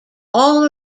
all